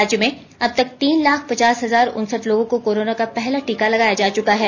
राज्य में अब तक तीन लाख पचास हजार उनसठ लोगों को कोरोना का पहला टीका लगाया जा चुका है